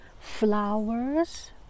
flowers